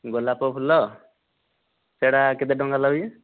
ଗୋଲାପ ଫୁଲ ସେହିଟା କେତେ ଟଙ୍କା ଲାଗୁଛି